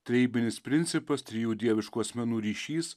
trejybinis principas trijų dieviškų asmenų ryšys